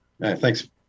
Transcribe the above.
Thanks